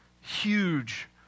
huge